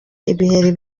ibiheri